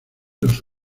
los